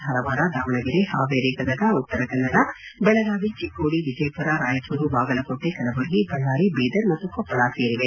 ಧಾರವಾಡ ದಾವಣಗೆರೆ ಹಾವೇರಿ ಗದಗ ಉತ್ತರ ಕನ್ನಡ ಬೆಳಗಾವಿ ಚಿಕ್ಕೋಡಿ ವಿಜಯಪುರ ರಾಯಚೂರು ಬಾಗಲಕೋಟೆ ಕಲಬುರಗಿ ಬಳ್ಳಾರಿ ಬೀದರ್ ಮತ್ತು ಕೊಪ್ಪಳ ಸೇರಿವೆ